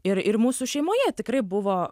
ir ir mūsų šeimoje tikrai buvo